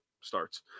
starts